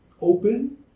open